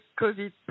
COVID